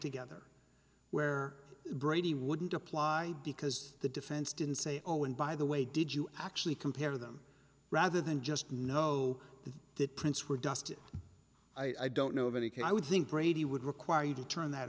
together where brady wouldn't apply because the defense didn't say oh and by the way did you actually compare them rather than just know that prints were dusted i don't know of any case i would think brady would require you to turn that